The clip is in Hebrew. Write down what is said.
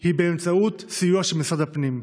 היא באמצעות סיוע של משרד הפנים.